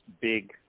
big